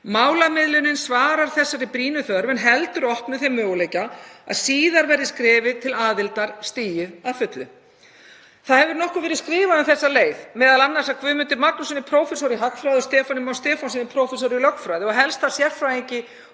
Málamiðlunin svarar þessari brýnu þörf en heldur opnum þeim möguleika að síðar verði skrefið til aðildar stigið að fullu. Nokkuð hefur verið skrifað um þessa leið, m.a. af Guðmundi Magnússyni, prófessor í hagfræði, og Stefáni Má Stefánssyni, prófessor í lögfræði og helsta sérfræðingi